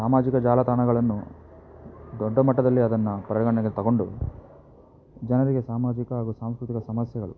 ಸಾಮಾಜಿಕ ಜಾಲತಾಣಗಳನ್ನು ದೊಡ್ಡಮಟ್ಟದಲ್ಲಿ ಅದನ್ನು ಪರಿಗಣನೆಗೆ ತಗೊಂಡು ಜನರಿಗೆ ಸಾಮಾಜಿಕ ಹಾಗೂ ಸಾಂಸ್ಕೃತಿಕ ಸಮಸ್ಯೆಗಳು